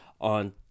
on